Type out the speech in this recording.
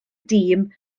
dîm